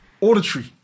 auditory